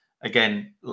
Again